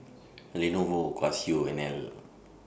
Lenovo Casio and Elle